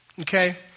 Okay